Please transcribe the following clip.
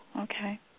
okay